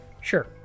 Sure